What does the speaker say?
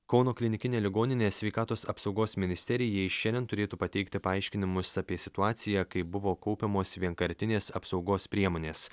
kauno klinikinė ligoninė sveikatos apsaugos ministerijai šiandien turėtų pateikti paaiškinimus apie situaciją kai buvo kaupiamos vienkartinės apsaugos priemonės